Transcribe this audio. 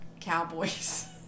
cowboys